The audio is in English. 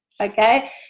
okay